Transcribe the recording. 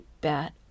bet